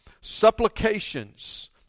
supplications